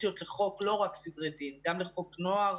הסוציאליות לחוק לא רק לסדרי דין אלא גם לחוק נוער.